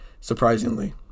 surprisingly